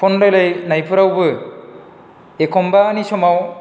phone रायलायनायफ्रावबो एखमबानि समाव